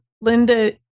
Linda